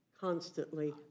constantly